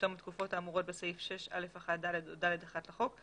מתום התקופות האמורות בסעיף 6א1(ד) או (ד1) לחוק,